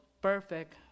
perfect